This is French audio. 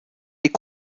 est